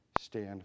stand